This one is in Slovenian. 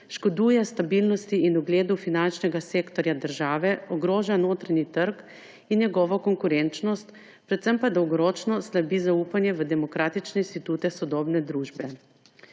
škoduje stabilnosti in ugledu finančnega sektorja države, ogroža notranji trg in njegovo konkurenčnost, predvsem pa dolgoročno slabi zaupanje v demokratične institute sodobne družbe.